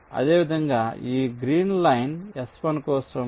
అదేవిధంగా ఈ green line S1 కోసం